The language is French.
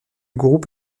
groupe